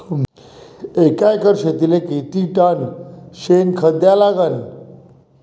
एका एकर शेतीले किती टन शेन खत द्या लागन?